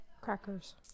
crackers